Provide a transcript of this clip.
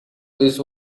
this